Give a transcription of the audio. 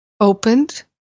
opened